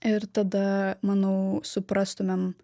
ir tada manau suprastumėm